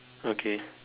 okay